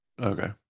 Okay